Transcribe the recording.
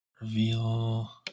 Reveal